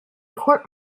court